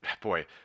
Boy